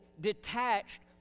detached